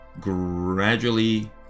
gradually